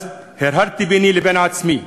אז הרהרתי ביני לבין עצמי,